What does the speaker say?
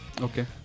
Okay